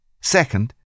Second